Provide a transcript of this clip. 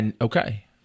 okay